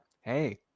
hey